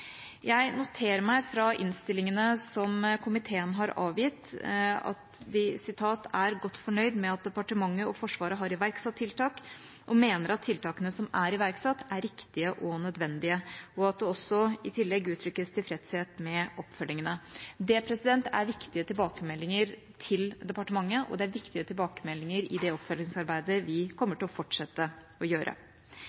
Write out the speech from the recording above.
Jeg noterer meg fra innstillingene som komiteen har avgitt, at den «er godt fornøyd med at departementene og Forsvaret har iverksatt tiltak og mener at tiltakene som er iverksatt er riktige og nødvendige», og at det også i tillegg uttrykkes tilfredshet med oppfølgingene. Det er viktige tilbakemeldinger til departementet, og det er viktige tilbakemeldinger i det oppfølgingsarbeidet vi